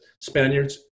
Spaniards